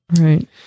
Right